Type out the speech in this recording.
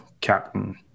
Captain